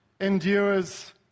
endures